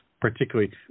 Particularly